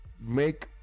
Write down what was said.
make